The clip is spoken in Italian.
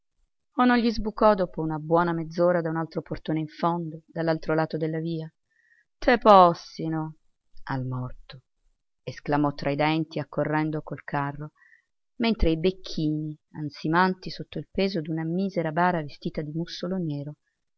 o non gli sbucò dopo una buona mezz'ora da un altro portone in fondo dall'altro lato della via te possino al morto esclamò tra i denti accorrendo col carro mentre i becchini ansimanti sotto il peso d'una misera bara vestita di mussolo nero